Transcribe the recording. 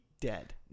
dead